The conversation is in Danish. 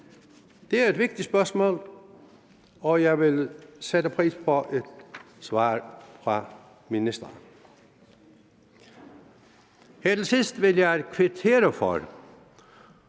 Det er et vigtigt spørgsmål, og jeg vil sætte pris på et svar fra ministeren. Her til sidst vil jeg kvittere for, at